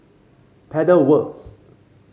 Pedal Works